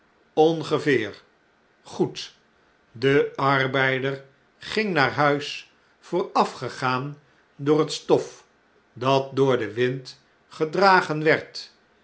ongeveer goed de arbeider ging naar huis voorafgegaan door het stof dat door den wind gedragen werd